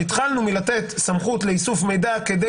התחלנו מלתת סמכות לאיסוף מידע כדי